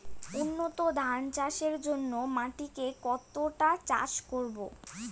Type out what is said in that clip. উন্নত ধান চাষের জন্য মাটিকে কতটা চাষ করব?